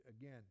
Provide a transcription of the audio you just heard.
again